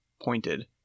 pointed